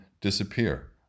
disappear